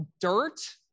dirt